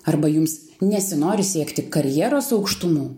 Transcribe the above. arba jums nesinori siekti karjeros aukštumų